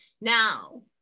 Now